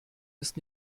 ist